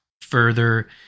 further